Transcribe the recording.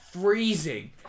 freezing